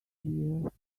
year